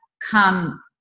come